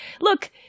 Look